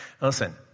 Listen